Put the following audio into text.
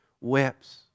whips